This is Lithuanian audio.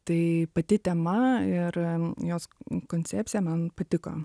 tai pati tema ir jos koncepcija man patiko